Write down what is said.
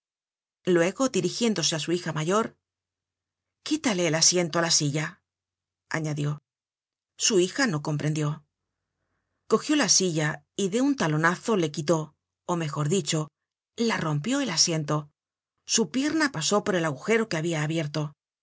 luego dirigiéndose á su hija mayor quítale el asiento á la silla añadió su hija no comprendió cogió la silla y de un talonazo le quitó ó mejor dicho la rompió el asiento su pierna pasó por el agujero que habia abierto